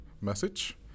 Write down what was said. message